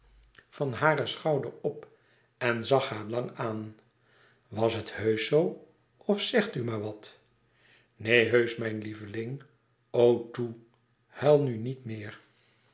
van haren schouder op en zag haar lang aan was het heusch zoo of zegt u maar wat neen heusch mijn lieveling o toe huil nu niet meer